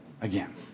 again